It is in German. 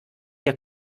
der